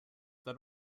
that